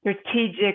strategic